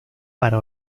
para